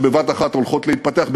שבבת-אחת הולכות להתפתח,